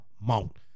mount